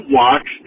watch